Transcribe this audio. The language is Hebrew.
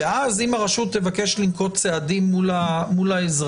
ואז אם הרשות תבקש לנקוט צעדים מול האזרח,